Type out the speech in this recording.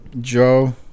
Joe